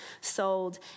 sold